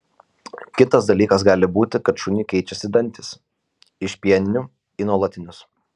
kitas dalykas gali būti kad šuniui keičiasi dantys iš pieninių į nuolatinius